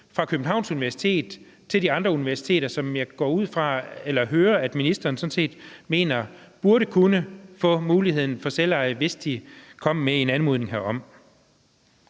på Københavns Universitet og de andre universiteter, som jeg hører ministeren sådan set mener burde kunne få muligheden for selveje, hvis de kom med en anmodning herom.